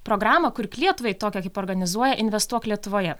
programą kurk lietuvai tokią kaip organizuoja investuok lietuvoje